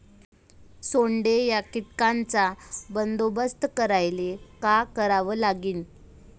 सोंडे या कीटकांचा बंदोबस्त करायले का करावं लागीन?